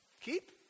Keep